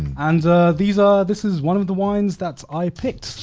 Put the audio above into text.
and these are, this is one of the wines that's i picked.